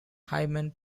higham